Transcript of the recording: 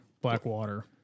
Blackwater